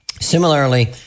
Similarly